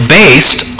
based